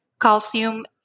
Calcium